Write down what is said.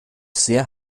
sehr